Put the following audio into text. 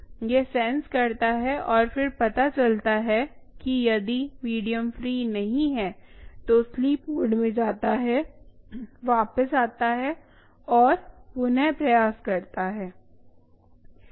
यह सेंस करता है और फिर पता चलता है कि यदि मीडियम फ्री नहीं है तो स्लीप मोड में जाता है वापस आता है और पुन प्रयास करता है